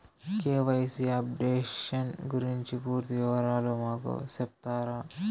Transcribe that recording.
KYC updation గురించి పూర్తి వివరాలు మాకు సెప్తారా?